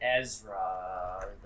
Ezra